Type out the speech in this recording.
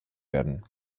werden